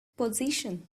position